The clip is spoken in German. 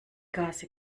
gase